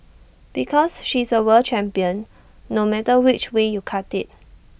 because she's A world champion no matter which way you cut IT